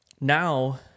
now